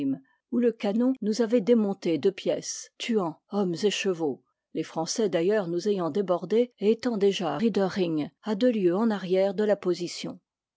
où le canon nous avoit démonté deux pièces tuant hommes et chevaux les français d'ailleurs nous ayant débordés et étant déjà à riedering à deux lieues en arrière de la position